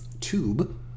tube